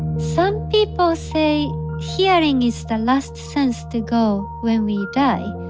some people say hearing is the last sense to go when we die,